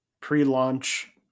pre-launch